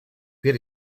where